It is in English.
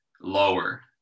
lower